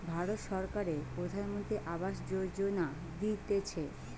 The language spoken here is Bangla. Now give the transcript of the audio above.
ভারত সরকারের প্রধানমন্ত্রী আবাস যোজনা দিতেছে